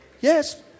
Yes